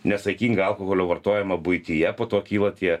nesaikingą alkoholio vartojimą buityje po to kyla tie